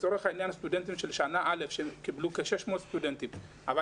לצורך העניין, הם קיבלו 600 סטודנטים לשנה א'.